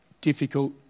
difficult